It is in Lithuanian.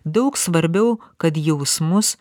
daug svarbiau kad jausmus